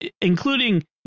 including –